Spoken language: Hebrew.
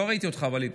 לא ראיתי אותך, ווליד.